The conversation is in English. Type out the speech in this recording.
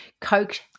Coke